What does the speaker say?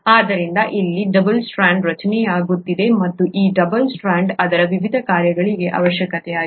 ಆದ್ದರಿಂದ ಇಲ್ಲಿ double strand ರಚನೆಯಾಗುತ್ತಿದೆ ಮತ್ತು ಈ ಡಬಲ್ ಸ್ಟ್ರಾಂಡ್ ಅದರ ವಿವಿಧ ಕಾರ್ಯಗಳಿಗೆ ಅವಶ್ಯಕವಾಗಿದೆ